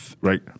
Right